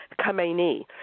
Khamenei